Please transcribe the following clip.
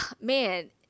man